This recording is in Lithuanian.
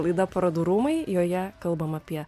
laida parodų rūmai joje kalbam apie